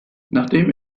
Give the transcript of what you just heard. nachdem